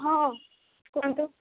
ହଁ କୁହନ୍ତୁ